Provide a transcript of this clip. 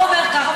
ההוא אומר ככה,